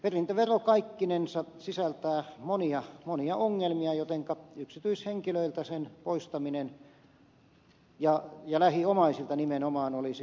perintövero kaikkinensa sisältää monia monia ongelmia jotenka yksityishenkilöiltä sen poistaminen ja lähiomaisilta nimenomaan olisi tarpeellisinta